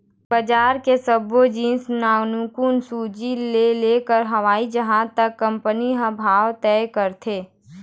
बजार के सब्बो जिनिस नानकुन सूजी ले लेके हवई जहाज तक के कंपनी ह भाव तय करथे